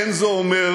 אין זה אומר,